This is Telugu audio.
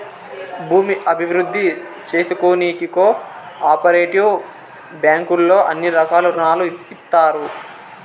భూమి అభివృద్ధి చేసుకోనీకి కో ఆపరేటివ్ బ్యాంకుల్లో అన్ని రకాల రుణాలు ఇత్తారు